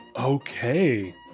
Okay